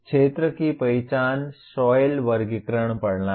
क्षेत्र की पहचान सॉइल वर्गीकरण प्रणाली